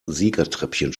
siegertreppchen